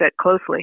closely